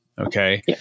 Okay